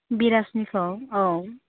बिराजनिखौ औ